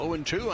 0-2